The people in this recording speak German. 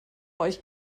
euch